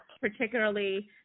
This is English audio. particularly